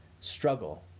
struggle